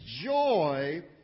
joy